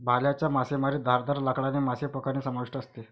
भाल्याच्या मासेमारीत धारदार लाकडाने मासे पकडणे समाविष्ट असते